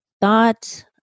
thought